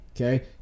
okay